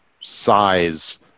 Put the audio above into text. size